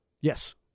Yes